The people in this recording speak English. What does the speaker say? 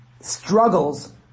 struggles